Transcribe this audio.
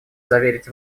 заверить